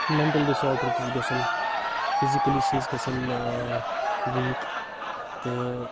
mental disorder تہِ چھُ گژھان فِزِکٔلی چھِ أسۍ گژھان ویٖک تہٕ